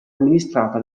amministrata